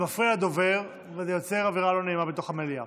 זה מפריע לדובר וזה יוצר אווירה לא נעימה בתוך המליאה.